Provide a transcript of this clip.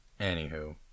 Anywho